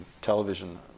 television